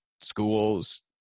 schools